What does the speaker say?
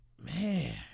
man